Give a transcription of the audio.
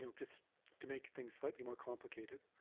you know just to make things slightly more complicated,